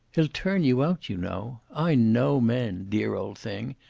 he'll turn you out, you know. i know men, dear old thing,